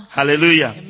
Hallelujah